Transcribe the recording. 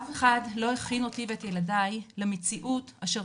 אף אחד לא הכין אותי או את ילדי למציאות אשר